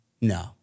no